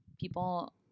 people